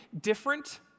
different